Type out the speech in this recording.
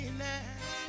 now